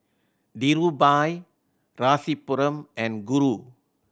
Dhirubhai Rasipuram and Guru